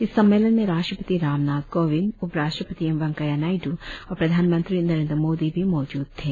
इस सम्मेलन में राष्ट्रपति राम नाथ कोविंद उप राष्ट्रपति एम वेंकैया नायडू और प्रधानमंत्री नरेंद्र मोदी भी मौजूद थे